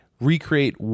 recreate